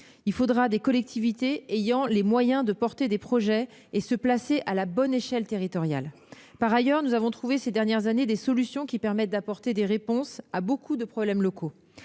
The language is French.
Il faudra des collectivités ayant les moyens d'élaborer des projets et se placer à la bonne échelle territoriale. Par ailleurs, nous avons trouvé ces dernières années des solutions permettant d'apporter des réponses à beaucoup de problèmes locaux.